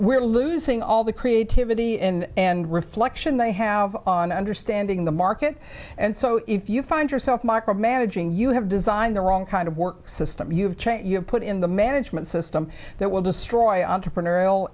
we're losing all the creativity and and reflection they have on understanding the market and so if you find yourself micromanaging you have designed the wrong kind of work system you've put in the management system that will destroy entrepreneurial